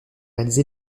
réalisé